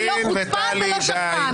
לא חוצפן ולא שקרן.